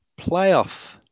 playoff